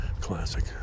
classic